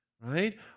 right